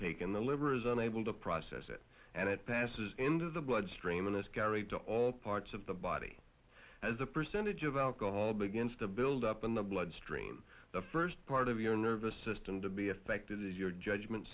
taken the liver is unable to process it and it passes into the bloodstream unless carried to all parts of the body as a percentage of alcohol begins to build up in the blood stream the first part of your nervous system to be affected your judgment